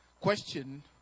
Question